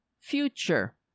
future